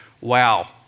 wow